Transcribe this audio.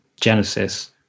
Genesis